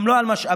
גם לא על משאבים,